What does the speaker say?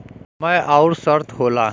समय अउर शर्त होला